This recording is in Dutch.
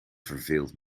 verveeld